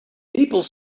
people